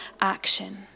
action